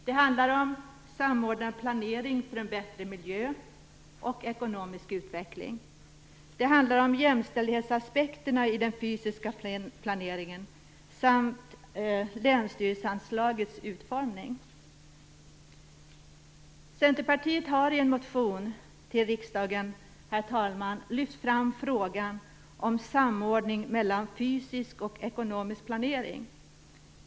Det handlar om en samordnad planering för en bättre miljö och ekonomisk utveckling. Det handlar om jämställdhetsaspekterna i den fysiska planeringen samt om länsstyrelseanslagets utformning. Herr talman! Centerpartiet har i en motion till riksdagen lyft fram frågan om samordning mellan fysisk och ekonomisk planering.